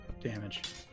damage